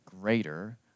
greater